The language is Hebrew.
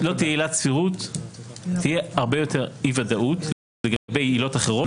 כשלא תהיה עילת סבירות תהיה הרבה יותר אי ודאות לגבי עילות אחרות.